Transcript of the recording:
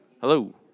Hello